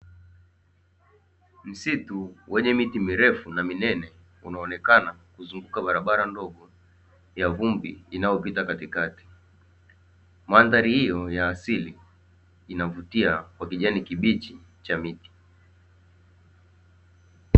Msitu wenye miti mirefu na minene unaonekana kuzunguka barabara ndogo ya vumbi inayopita katikati. Mandhari hiyo ya asili inavutia kwa kijani kibichi cha miti.